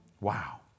Wow